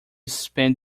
spent